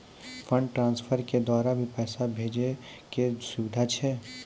Fund transfer के द्वारा भी पैसा भेजै के सुविधा छै?